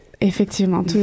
Effectivement